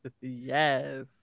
Yes